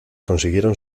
consiguieron